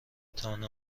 تان